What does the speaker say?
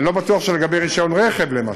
אני לא בטוח שלגבי רישיון רכב, למשל,